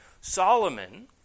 Solomon